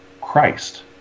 Christ